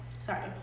Sorry